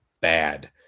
bad